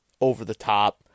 over-the-top